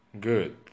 good